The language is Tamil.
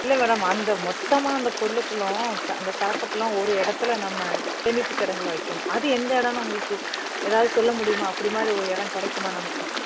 இல்லை மேடம் அந்த மொத்தமாக அந்த பொருள் ஃபுல்லும் அந்த சரக்கை ஃபுல்லாக ஒரு இடத்துல நம்ம சேமிப்பு கிடங்குல வைக்கணும் அது எந்த எடம்னு உங்களுக்கு எதாவது சொல்ல முடியுமா அப்படி மாதிரி ஒரு இடம் கிடைக்குமா நமக்கு